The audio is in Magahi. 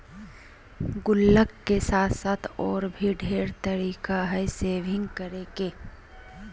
गुल्लक के साथ साथ और भी ढेर तरीका हइ सेविंग्स करे के